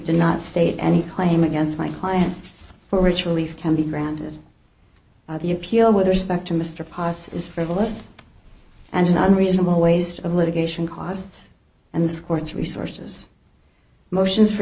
did not state any claim against my client for which relief can be granted the appeal with respect to mr potts is frivolous and an unreasonable waste of litigation costs and this court's resources motions for